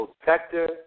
protector